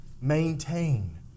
maintain